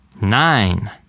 nine